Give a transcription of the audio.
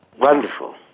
Wonderful